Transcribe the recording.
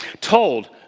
told